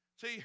See